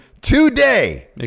today